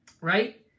right